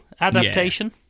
adaptation